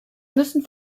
müssen